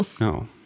No